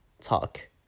talk